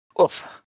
Oof